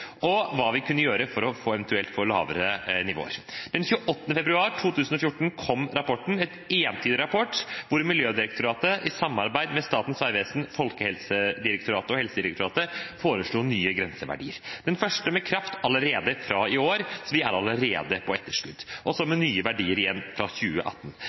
og hva vi eventuelt kunne gjøre for å få lavere nivåer. Den 28. februar 2014 kom rapporten. Det var en entydig rapport, hvor Miljødirektoratet i samarbeid med Vegdirektoratet, Folkehelseinstituttet og Helsedirektoratet foreslo nye grenseverdier, den første med kraft allerede fra i år – så vi er allerede på etterskudd – og så med nye verdier igjen fra 2018.